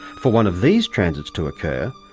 for one of these transits to occur,